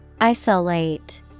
Isolate